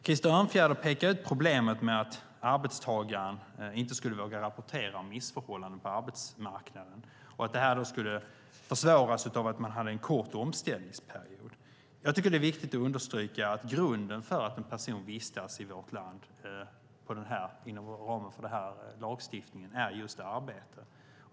Krister Örnfjäder pekar ut problemet med att arbetstagaren inte skulle våga rapportera om missförhållanden på arbetsmarknaden och att det skulle försvåras av att man har en kort omställningsperiod. Jag tycker att det är viktigt att understryka att grunden för att en person vistas i vårt land inom ramen för den här lagstiftningen just är arbete.